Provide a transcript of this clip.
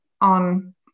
on